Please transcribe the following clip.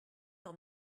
par